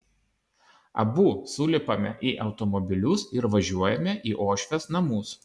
abu sulipame į automobilius ir važiuojame į uošvės namus